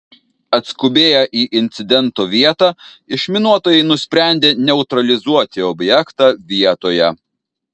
atskubėję į incidento vietą išminuotojai nusprendė neutralizuoti objektą vietoje